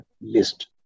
list